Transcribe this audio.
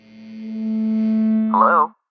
Hello